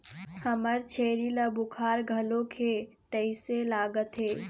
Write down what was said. हमर छेरी ल बुखार घलोक हे तइसे लागत हे